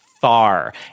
far